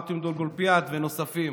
ארטיום דולגופיאט ונוספים,